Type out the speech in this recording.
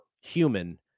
human